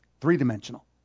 three-dimensional